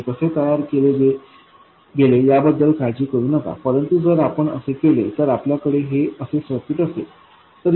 हे कसे तयार केले याबद्दल काळजी करू नका परंतु जर आपण असे केले तर आपल्याकडे हे असे सर्किट असेल